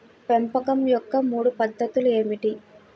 పెంపకం యొక్క మూడు పద్ధతులు ఏమిటీ?